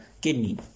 kidney